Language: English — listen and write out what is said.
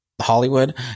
Hollywood